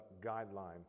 guideline